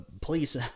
please